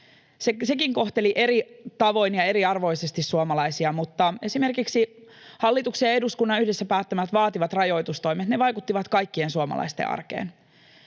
korona kohteli eri tavoin ja eriarvoisesti suomalaisia, mutta esimerkiksi hallituksen ja eduskunnan yhdessä päättämät vaativat rajoitustoimet vaikuttivat kaikkien suomalaisten arkeen.